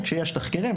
כשיש תחקירים.